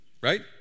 Right